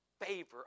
favor